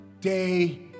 day